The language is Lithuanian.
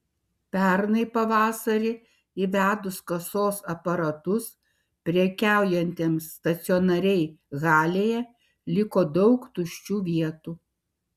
pernai pavasarį įvedus kasos aparatus prekiaujantiems stacionariai halėje liko daug tuščių vietų